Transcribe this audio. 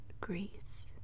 Greece